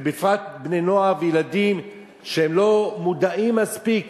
ובפרט בני-נוער וילדים שלא מודעים מספיק,